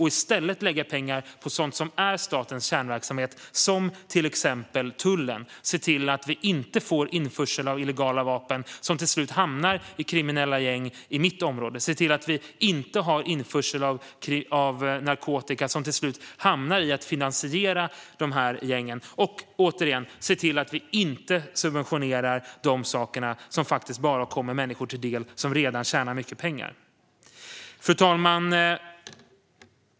I stället ska vi lägga pengar på sådant som är statens kärnverksamhet, till exempel tullen, och se till att vi inte får införsel av illegala vapen som till slut hamnar i kriminella gäng i mitt område och se till att vi inte har införsel av narkotika som till slut går till att finansiera de här gängen. Det handlar återigen om att vi inte ska subventionera sådant som faktiskt bara kommer människor till del som redan tjänar mycket pengar. Fru talman!